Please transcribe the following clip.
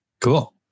Cool